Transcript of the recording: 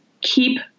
keep